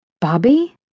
Bobby